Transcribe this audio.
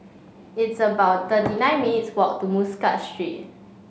it's about thirty nine minutes' walk to Muscat Street